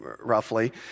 roughly